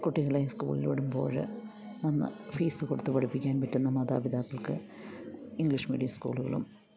കുട്ടികളെ സ്കൂളിൽ വിടുമ്പോൾ ഫീസ് കൊടുത്തു പഠിപ്പിക്കാൻ പറ്റുന്ന മാതാപിതാക്കൾക്ക് ഇംഗ്ലീഷ് മീഡിയം സ്കൂളുകളും